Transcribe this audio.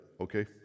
okay